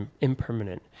impermanent